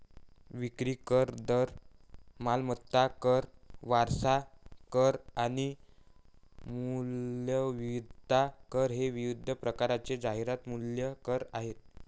विक्री कर, दर, मालमत्ता कर, वारसा कर आणि मूल्यवर्धित कर हे विविध प्रकारचे जाहिरात मूल्य कर आहेत